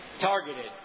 targeted